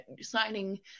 signing